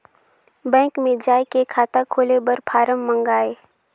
Bank मे जाय के खाता खोले बर फारम मंगाय?